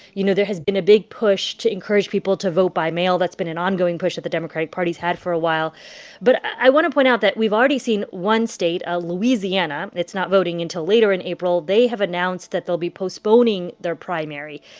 you know, there has been a big push to encourage people to vote by mail. that's been an ongoing push that the democratic party's had for a while but i want to point out that we've already seen one state, ah louisiana it's not voting until later in april they have announced that they'll be postponing their primary.